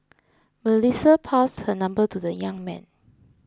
Melissa passed her number to the young man